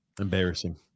Embarrassing